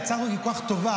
ההצעה הזאת כך כך טובה,